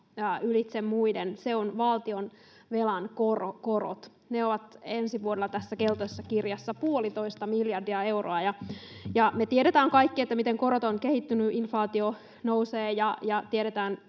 ylitse muiden: se on valtionvelan korot. Ne ovat ensi vuonna tässä keltaisessa kirjassa puolitoista miljardia euroa. Me tiedetään kaikki, miten korot ovat kehittyneet, inflaatio nousee, ja tiedetään,